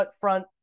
front